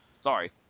sorry